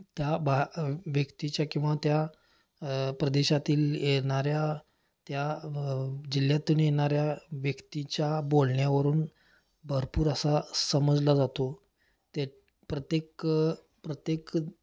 त्या बा व्यक्तीच्या किंवा त्या प्रदेशातील येणाऱ्या त्या जिल्ह्यातून येणाऱ्या व्यक्तीच्या बोलण्यावरून भरपूर असा समजला जातो ते प्रत्येक प्रत्येक